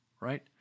Right